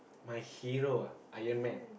my hero ah Iron-man